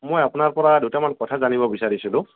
মই আপোনাৰ পৰা দুটামান কথা জানিব বিচাৰিছিলোঁ